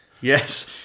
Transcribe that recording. yes